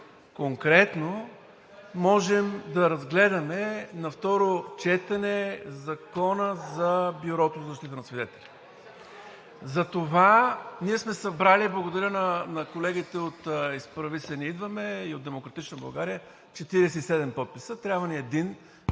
Конкретно можем да разгледаме на второ четене Закона за Бюрото за защита на свидетели. Затова ние сме събрали – благодаря на колегите от „Изправи се БГ! Ние идваме!“ и от „Демократична България“ – 47 подписа, трябва ни един,